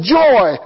joy